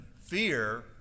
Fear